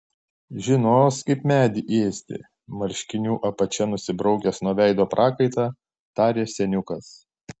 žinos kaip medį ėsti marškinių apačia nusibraukęs nuo veido prakaitą tarė seniukas